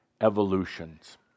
evolutions